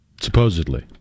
Supposedly